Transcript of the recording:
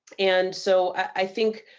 and so i think,